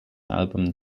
album